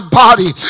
body